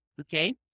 Okay